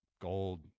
gold